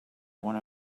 one